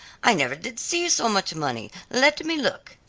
i never did see so much money, let me look.